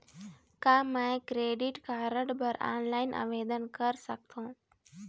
का मैं credit card बर ऑनलाइन आवेदन कर सकथों?